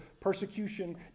persecution